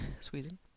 squeezing